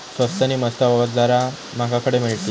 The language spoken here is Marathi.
स्वस्त नी मस्त अवजारा माका खडे मिळतीत?